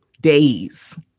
days